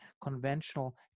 conventional